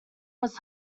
was